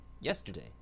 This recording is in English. yesterday